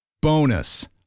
Bonus